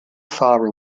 far